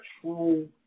true